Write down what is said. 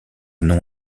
nom